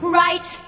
right